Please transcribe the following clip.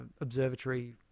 observatory